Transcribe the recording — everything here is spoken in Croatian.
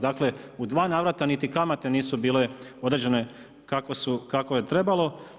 Dakle, u 2 navrata, niti kamate nisu bile određene, kako je trebalo.